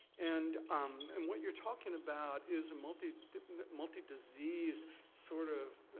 and um and what you're talking about is a multi-disease multi-disease sort of